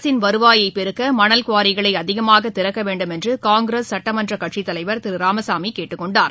அரசின் வருவாயை பெருக்க மணல் குவாரிகளை அதிகமாக திறக்கவேண்டும் என்று காங்கிரஸ் சட்டமன்ற கட்சித் தலைவர் திரு ராமசாமி கேட்டுக்கொண்டார்